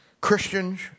Christians